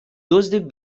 دزد